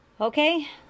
Okay